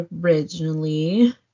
originally